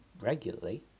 regularly